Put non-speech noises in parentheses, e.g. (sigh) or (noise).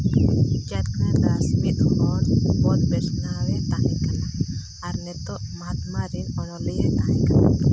ᱪᱮᱛᱱᱟ ᱫᱟᱥ ᱢᱤᱫ ᱦᱚᱲ (unintelligible) ᱛᱟᱦᱮᱸ ᱠᱟᱱᱟ ᱟᱨ ᱱᱤᱛᱚᱜ ᱢᱟᱦᱟᱛᱢᱟ ᱨᱮᱱ ᱚᱱᱚᱞᱤᱭᱟᱹ ᱛᱟᱦᱮᱸ ᱠᱟᱱᱟᱭ